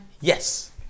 yes